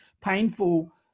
painful